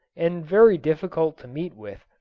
and very difficult to meet with.